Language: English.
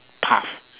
path